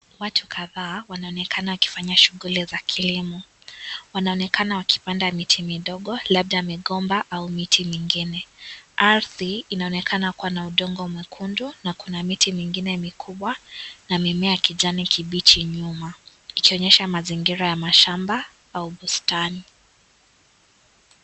Watu kadhaa wanaonekana wakifanya shughuli za kilimo. Wanaonekana wakipanda miti midogo labda migomba au miti mingine. Ardhi, inaonekana kuwa na udongo mwekundu na kuna miti mingine mikubwa na mimea ya kijani kibichi nyuma. Ikionyesha mazingira ya mashamba au bustani.